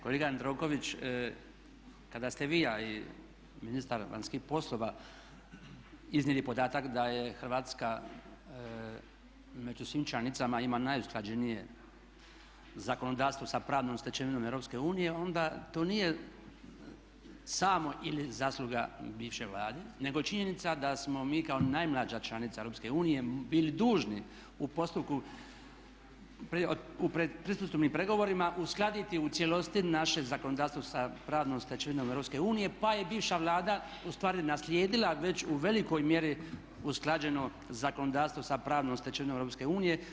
Kolega Jandroković kada ste vi, a i ministar vanjskih poslova, iznijeli podatak da je Hrvatska među svim članicama ima najusklađenije zakonodavstvo sa pravnom stečevinom EU onda to nije samo ili zasluga bivšoj Vladi nego činjenica da smo mi kao najmlađa članica EU bili dužni u pretpristupnim pregovorima uskladiti u cijelosti naše zakonodavstvo sa pravnom stečevinom EU pa je bivša Vlada ustvari naslijedila već u velikoj mjeri usklađeno zakonodavstvo sa pravnom stečevinom EU.